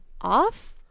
off